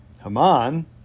Haman